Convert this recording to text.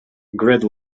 grid